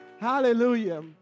Hallelujah